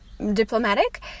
diplomatic